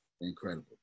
incredible